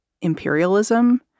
imperialism